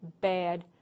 bad